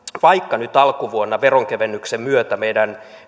vaikka nyt alkuvuonna veronkevennyksen myötä meidän